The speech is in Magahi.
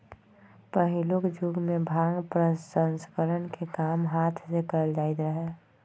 पहिलुक जुगमें भांग प्रसंस्करण के काम हात से कएल जाइत रहै